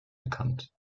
bekannt